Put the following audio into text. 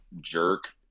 jerk